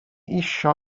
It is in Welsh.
eisiau